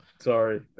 Sorry